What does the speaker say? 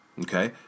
okay